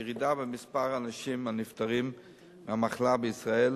ירידה במספר האנשים הנפטרים מהמחלה בישראל